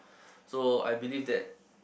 so I believe that